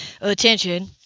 attention